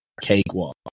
cakewalk